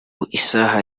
isaha